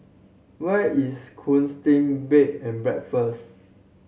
where is Gusti Bed and Breakfast